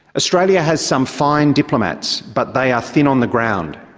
australia has some fine diplomats but they are thin on the ground.